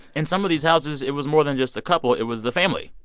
in some of these houses, it was more than just a couple. it was the family